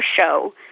show